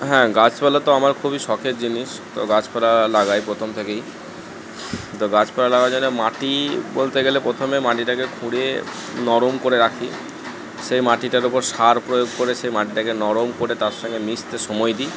হ্যাঁ গাছ পালা তো আমার খুবই শখের জিনিস তো গাছপালা লাগাই প্রথম থেকেই তো গাছপালা লাগানোর জন্য মাটি বলতে গেলে প্রথমে মাটিটাকে খুঁড়ে নরম করে রাখি সেই মাটিটার ওপর সার প্রয়োগ করে সেই মাটিটাকে নরম করে তার সঙ্গে মিশতে সময় দিই